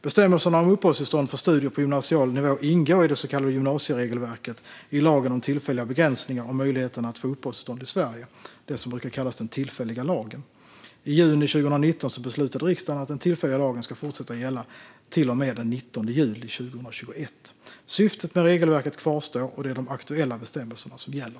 Bestämmelserna om uppehållstillstånd för studier på gymnasial nivå ingår i det så kallade gymnasieregelverket i lagen om tillfälliga begränsningar av möjligheten att få uppehållstillstånd i Sverige, som brukar kallas den tillfälliga lagen. I juni 2019 beslutade riksdagen att den tillfälliga lagen ska fortsätta gälla till och med den 19 juli 2021. Syftet med regelverket kvarstår, och det är de aktuella bestämmelserna som gäller.